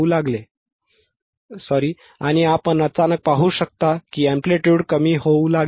12 आहे आणि आपण अचानक पाहू शकता की एंप्लिट्युड कमी होऊ लागेल